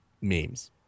memes